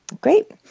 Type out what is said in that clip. Great